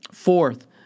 Fourth